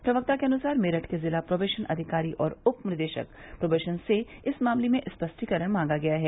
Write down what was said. प्रवक्ता के अनुसार मेरठ के जिला प्रोबेशन अधिकारी और उप निदेशक प्रोबेशन से इस मामले में स्पष्टीकरण मांगा गया है